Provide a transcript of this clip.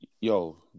Yo